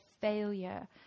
failure